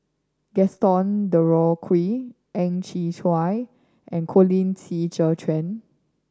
Gaston Dutronquoy Ang Chwee Chai and Colin Qi Zhe Quan